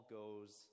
goes